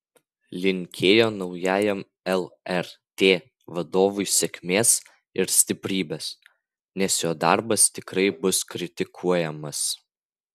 linkėjo naujajam lrt vadovui sėkmės ir stiprybės nes jo darbas tikrai bus kritikuojamas